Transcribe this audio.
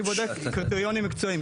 אני בודק קריטריונים מקצועיים.